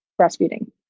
breastfeeding